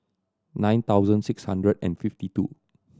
nine thousand six hundred and fifty two